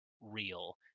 real